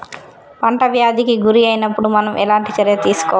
పంట వ్యాధి కి గురి అయినపుడు మనం ఎలాంటి చర్య తీసుకోవాలి?